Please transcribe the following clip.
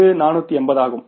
இது 480 ஆகும்